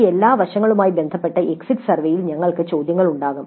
ഈ എല്ലാ വശങ്ങളുമായി ബന്ധപ്പെട്ട എക്സിറ്റ് സർവേയിൽ ഞങ്ങൾക്ക് ചോദ്യങ്ങൾ ഉണ്ടാകും